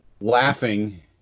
laughing